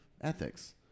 ethics